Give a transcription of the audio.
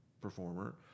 performer